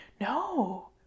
No